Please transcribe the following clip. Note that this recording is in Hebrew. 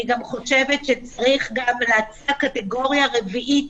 אני גם חושבת שצריך לייצר קטגוריה רביעית,